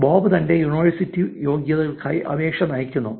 Bob തന്റെ university യോഗ്യതകൾക്കായി അപേക്ഷ അയക്കുന്നു